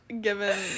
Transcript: given